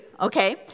okay